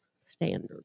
standards